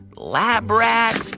lab rat,